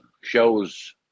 shows